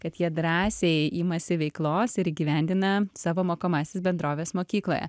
kad jie drąsiai imasi veiklos ir įgyvendina savo mokomąsias bendroves mokykloje